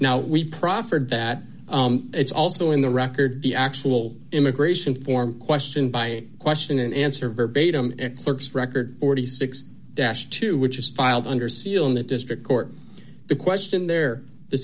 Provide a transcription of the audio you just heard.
now we proffered that it's also in the record the actual immigration form question by question and answer verbatim clerks record forty six dash two which is filed under seal in the district court the question there the